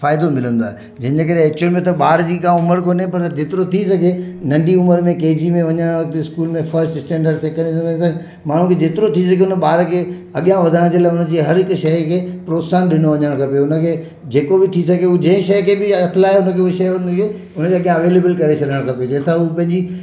फ़ाइदो मिलंदो आहे जिन जे करे एक्चुअल में त ॿार जी का उमिरि कोने पर जेतिरो थी सघे नंढी उमिरि में कंहिं जी में वञण वक़्त स्कूल में फ़स्ट स्टेंडर्ड सेकंड माण्हू खे जेतिरो थी सघे हुन ॿार खे अॻियां वधण जे लाइ हुनजी हर हिकु शइ खे प्रोत्साहनि ॾिनो वञणु खपे जेको बि थी सघे उहो जंहिं शइ खे बि हथ लाइ उहो शइ हुनखे हुनजे अॻियां अवेलिबल करे छॾणु खपे जंहिं सां उहो पंहिंजी